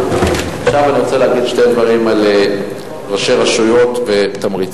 עכשיו אני רוצה להגיד שני דברים על ראשי רשויות ותמריצים,